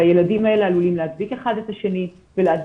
והילדים הללו עלולים להדביק זה את זה ולהדביק